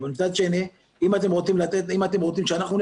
אבל מצד שני אם אתם רוצים שאנחנו נבצע,